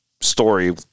story